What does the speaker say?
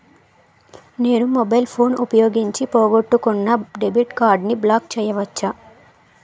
నేను mobile phone ఉపయోగించి పోగొట్టుకున్న డెబిట్ కార్డ్ని బ్లాక్ చేయవచ్చా?